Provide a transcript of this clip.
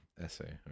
essay